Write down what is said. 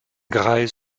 greis